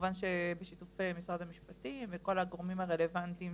כמובן שבשיתוף עם משרד המשפטים וכל הגורמים הרלוונטיים